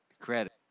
Credit